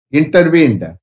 intervened